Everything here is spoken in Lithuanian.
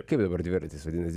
kaip dabar dviratis vadinasi